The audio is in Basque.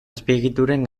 azpiegituren